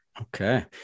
Okay